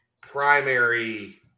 primary